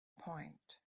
point